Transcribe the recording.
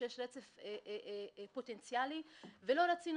ישות שהיא קיימת בתוך החקיקה ומשדרגת